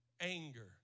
Anger